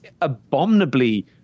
abominably